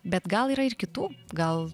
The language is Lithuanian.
bet gal yra ir kitų gal